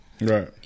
Right